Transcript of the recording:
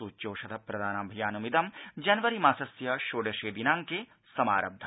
सूच्यौषध प्रदानाभियानमिदं जनवरी मासस्य षोडशे दिनांके समारब्धम्